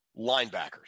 linebackers